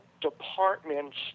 departments